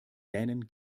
dänen